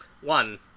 One